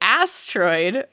asteroid